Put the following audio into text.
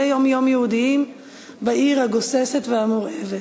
יום-יום יהודיים בעיר הגוססת והמורעבת.